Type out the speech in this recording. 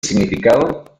significado